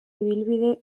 ibilbide